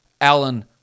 Alan